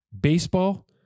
baseball